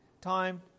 time